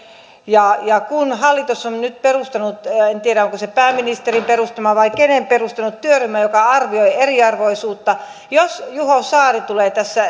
ja ja kun hallitus on nyt perustanut en tiedä onko se pääministerin perustama vai kenen perustama työryhmän joka arvioi eriarvoisuutta niin jos juho saari tulee tässä